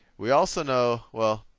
we also know well,